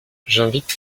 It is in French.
j’invite